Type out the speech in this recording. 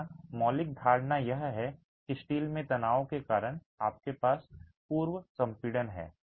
यहां मौलिक धारणा यह है कि स्टील में तनाव के कारण आपके पास पूर्व संपीड़न है